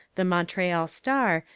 the montreal star,